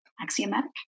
axiomatic